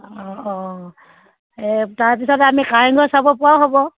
অঁ অঁ এই তাৰপিছতে আমি কাৰেংঘৰ চাবপৰাও হ'ব